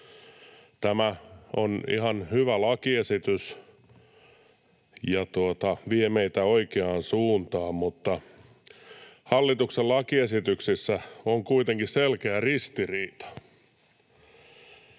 Tämä on ihan hyvä lakiesitys ja vie meitä oikeaan suuntaan, mutta hallituksen lakiesityksessä on kuitenkin selkeä ristiriita.